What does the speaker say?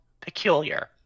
peculiar